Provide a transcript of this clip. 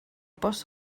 bws